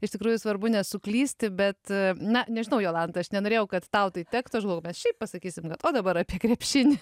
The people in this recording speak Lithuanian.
iš tikrųjų svarbu nesuklysti bet na nežinau jolanta aš nenorėjau kad tau tai tektų aš galvojau mes šiaip pasakysim kad o dabar apie krepšinį